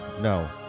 No